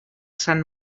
sant